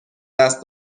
دست